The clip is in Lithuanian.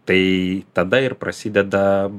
tai tada ir prasideda